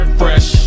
fresh